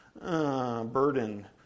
burden